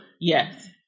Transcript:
Yes